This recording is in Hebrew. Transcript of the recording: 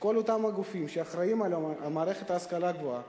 שכל אותם הגופים שאחראים למערכת ההשכלה הגבוהה